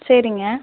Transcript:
சரிங்க